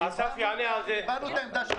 אנחנו הבענו את עמדתנו.